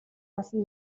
олон